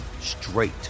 straight